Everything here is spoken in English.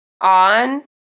on